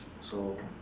so